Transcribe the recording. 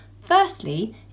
Firstly